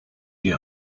die